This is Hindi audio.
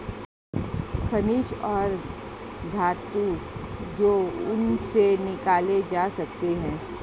खनिज और धातु जो उनसे निकाले जा सकते हैं